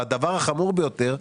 והדבר החמור ביותר,